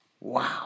Wow